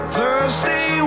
Thursday